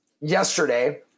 yesterday